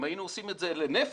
אם היינו עושים את זה לנפש